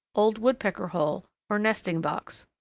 old woodpecker hole, or nesting box.